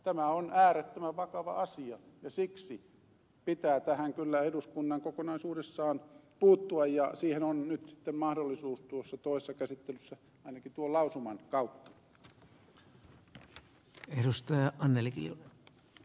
tämä on äärettömän vakava asia ja siksi pitää tähän kyllä eduskunnan kokonaisuudessaan puuttua ja siihen on nyt sitten mahdollisuus tuossa toisessa käsittelyssä ainakin tuon lausuman kautta